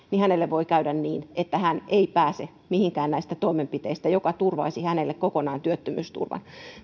niin hänelle voi käydä niin että hän ei pääse mihinkään näistä toimenpiteistä jotka turvaisivat hänelle kokonaan työttömyysturvan